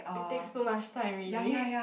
it takes too much time already